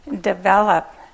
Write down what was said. develop